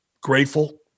grateful